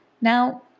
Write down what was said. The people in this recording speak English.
Now